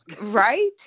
right